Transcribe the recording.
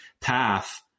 path